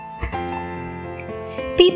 People